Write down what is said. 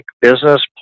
business